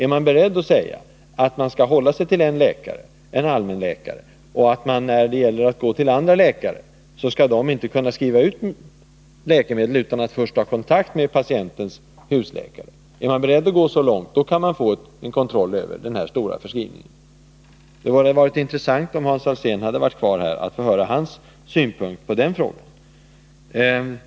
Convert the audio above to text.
Är man beredd att säga att man skall hålla sig till en läkare — en allmänläkare — och att acceptera att andra läkare som man går till inte skall kunna skriva ut läkemedel utan att först ta kontakt med patientens husläkare? Är man beredd att gå så långt, kan vi få en kontroll över den stora förskrivningen. Det hade därför varit intressant att få höra Hans Alséns synpunkt på den frågan, om han hade varit kvar här.